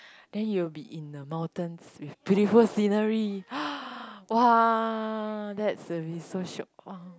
then you'll be in the mountains with beautiful scenery !wah! that's will be so shiok !wah!